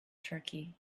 turkey